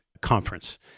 conference